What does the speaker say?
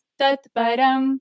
tatparam